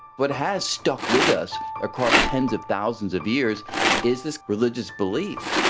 what has stuck with us across tens of thousands of years is this religious belief,